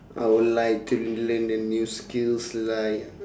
I would like to learn a new skills like